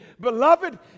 Beloved